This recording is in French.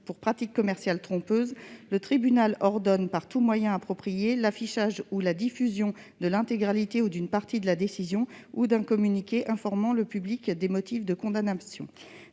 pour pratique commerciale trompeuse, le tribunal ordonne, par tous moyens appropriés, l'affichage ou la diffusion de l'intégralité ou d'une partie de la décision ou d'un communiqué informant le public des motifs de condamnation.